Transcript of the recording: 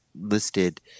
listed